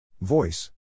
Voice